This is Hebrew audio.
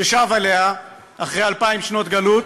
ששב אליה אחרי אלפיים שנות גלות,